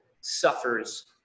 suffers